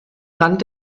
rand